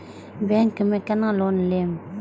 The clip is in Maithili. बैंक में केना लोन लेम?